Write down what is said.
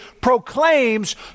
proclaims